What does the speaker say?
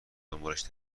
دنبالش